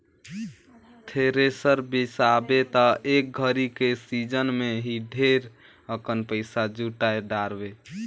thresher बिसाबे त एक घरी के सिजन मे ही ढेरे अकन पइसा जुटाय डारबे